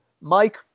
Mike